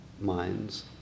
minds